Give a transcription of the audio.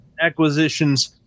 acquisitions